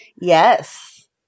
Yes